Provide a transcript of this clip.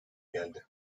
geldi